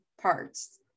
parts